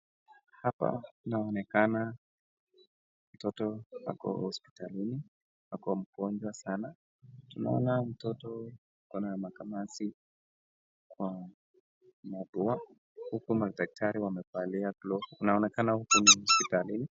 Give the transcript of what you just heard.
Hapa inaonekana mtoto ako hospitalini, ako mgonjwa sana, tunaona mtoto ako na makamasi kwa mapua, huku madaktari wamevalia glovu, inaonekana huku ni hospitalini.